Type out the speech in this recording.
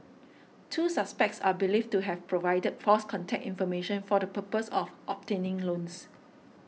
two suspects are believed to have provided false contact information for the purpose of obtaining loans